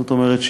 זאת אומרת,